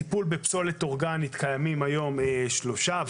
לטיפול בפסולת אורגנית קיימים היום שלושה מתקנים,